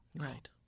Right